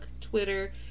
Twitter